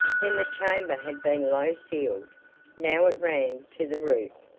then the chamber had been low-ceiled now it ran to the roof,